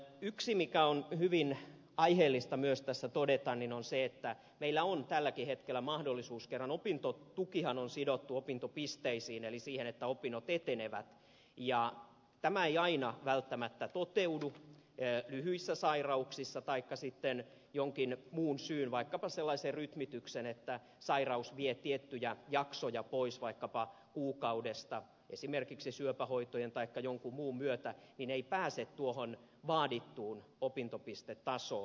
yksi asia mikä on hyvin aiheellista myös tässä todeta on se että meillä on tälläkin hetkellä mahdollista opintotukihan on sidottu opintopisteisiin eli siihen että opinnot etenevät ja tämä ei aina välttämättä toteudu lyhyissä sairauksissa taikka sitten jonkin muun syyn vaikkapa sellaisen rytmityksen että sairaus vie tiettyjä jaksoja pois vaikkapa kuukaudesta esimerkiksi syöpähoitojen taikka jonkun muun myötä että ei pääse tuohon vaadittuun opintopistetasoon